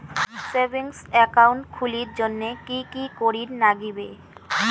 Savings account খুলির জন্যে কি কি করির নাগিবে?